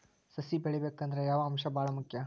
ಸಸಿ ಬೆಳಿಬೇಕಂದ್ರ ಯಾವ ಅಂಶ ಭಾಳ ಮುಖ್ಯ?